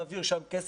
להעביר שם כסף,